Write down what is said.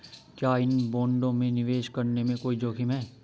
क्या इन बॉन्डों में निवेश करने में कोई जोखिम है?